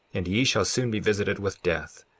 and ye shall soon be visited with death,